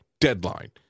Deadline